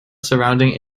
surrounding